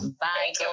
Bye